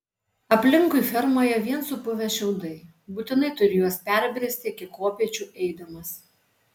aplinkui fermoje vien supuvę šiaudai būtinai turi juos perbristi iki kopėčių eidamas